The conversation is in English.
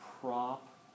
prop